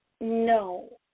no